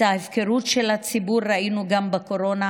את ההפקרות של הציבור ראינו גם בקורונה,